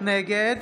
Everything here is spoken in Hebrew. נגד